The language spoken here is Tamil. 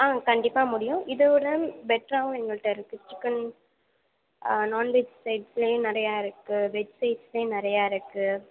ஆ கண்டிப்பாக முடியும் இதுவிட பெட்ராகவும் எங்கள்கிட்ட இருக்குது சிக்கன் நான்வெஜ் சைட்ஸ்லேயும் நிறையா இருக்குது வெஜ் சைட்ஸ்லேயும் நிறையா இருக்குது